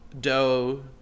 dough